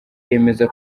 yemeza